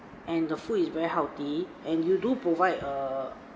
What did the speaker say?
and the food is very healthy and you do provide err